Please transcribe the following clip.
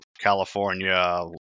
California